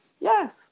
yes